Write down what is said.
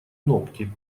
ногти